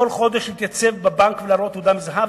חודש להתייצב בבנק ולהראות תעודה מזהה,